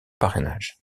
parrainage